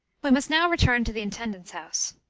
we must now return to the intendant's house.